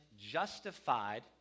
justified